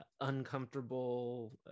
Uncomfortable